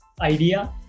idea